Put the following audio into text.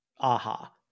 aha